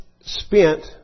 spent